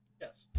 Yes